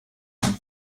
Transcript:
and